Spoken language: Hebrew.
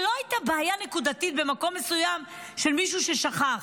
זו לא הייתה בעיה נקודתית במקום מסוים של מישהו ששכח.